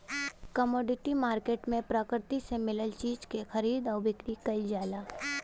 commodity market में प्रकृति से मिलल चीज क खरीद आउर बिक्री कइल जाला